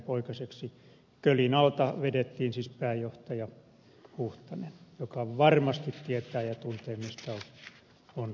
kölin alta vedettiin siis pääjohtaja huuhtanen joka varmasti tietää ja tuntee mistä on kysymys